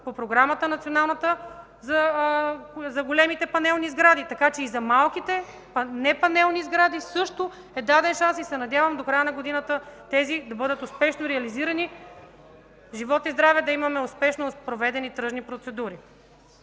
по Националната програма за големите панелни сгради. Така че и за малките, непанелни сгради също е даден шанс и се надявам до края на годината тези да бъдат успешно реализирани, живот и здраве, да имаме успешно проведени тръжни процедури.